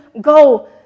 go